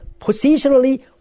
positionally